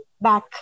back